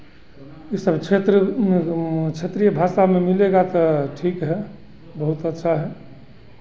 इस सब क्षेत्र क्षेत्रिय भाषा में मिलेगा तो ठीक है बहुत अच्छा है